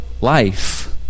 life